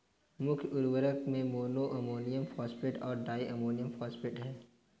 मुख्य उर्वरक में मोनो अमोनियम फॉस्फेट और डाई अमोनियम फॉस्फेट हैं